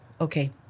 okay